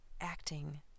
acting